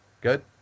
Good